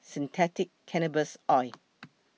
synthetic cannabis oil